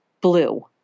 blue